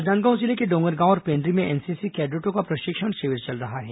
राजनांदगांव जिले के डॉगरगांव और पेण्ड्री में एनसीसी कैडेटों का प्रशिक्षण शिविर चल रहा है